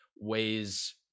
Ways